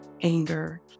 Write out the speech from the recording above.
anger